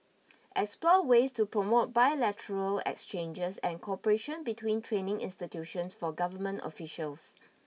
explore ways to promote bilateral exchanges and cooperation between training institutions for government officials